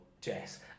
Jess